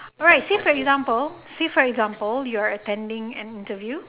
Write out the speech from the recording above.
right say for example say for example you're attending an interview